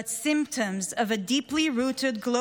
but symptoms of a deeply rooted global